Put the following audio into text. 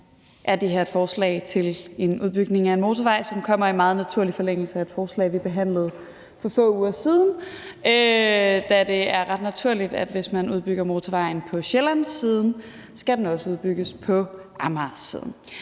er det her et forslag om en udbygning af en motorvej, som kommer i meget naturlig forlængelse af et forslag, vi behandlede for få uger siden, da det er ret naturligt, at hvis man udbygger motorvejen på Sjællandssiden, skal den også udbygges på Amagersiden.